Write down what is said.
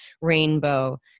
rainbow